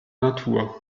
natur